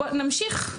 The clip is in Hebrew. נמשיך.